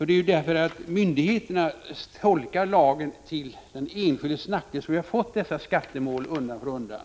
Det är ju därför att myndigheterna tolkar lagen till den enskildes nackdel som vi har fått dessa skattemål undan för undan.